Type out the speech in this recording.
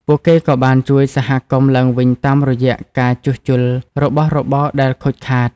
ពួកគេក៏បានជួយសហគមន៍ឡើងវិញតាមរយៈការជួសជុលរបស់របរដែលខូចខាត។